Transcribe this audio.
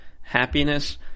happiness